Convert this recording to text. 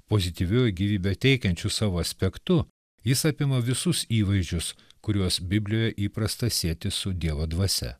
pozityviuoju gyvybę teikiančiu savo aspektu jis apima visus įvaizdžius kuriuos biblijoje įprasta sieti su dievo dvasia